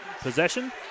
possession